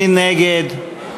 מי נגד?